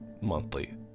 monthly